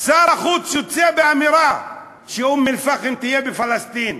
שר החוץ יוצא באמירה שאום-אלפחם תהיה בפלסטין,